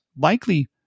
likely